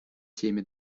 теме